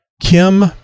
Kim